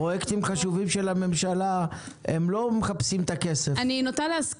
פרויקטים חשובים של הממשלה לא מחפשים את הכסף -- אני נוטה להסכים.